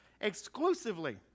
exclusively